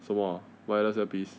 什么 wireless earpiece